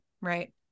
right